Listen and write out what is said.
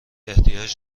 احتیاج